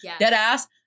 Deadass